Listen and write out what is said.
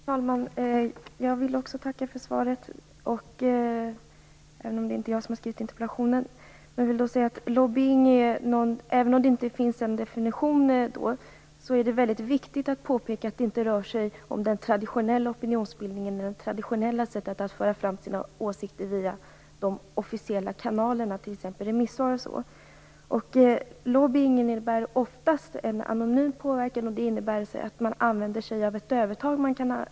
Fru talman! Jag vill också tacka för svaret, även om inte jag har skrivit interpellationen. Även om det nu inte finns någon definition av lobbying, är det viktigt att påpeka att det inte rör sig om traditionell opinionsbildning eller det traditionella sättet att föra fram sina åsikter via de officiella kanalerna, t.ex. Lobbying utgör oftast en anonym påverkan, och det innebär att man använder sig av ett visst övertag som man kan få.